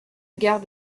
gare